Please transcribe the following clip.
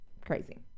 crazy